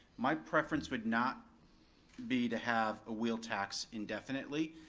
my preference would not be to have a wheel tax indefinitely.